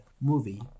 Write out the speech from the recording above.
movie